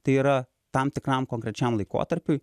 tai yra tam tikram konkrečiam laikotarpiui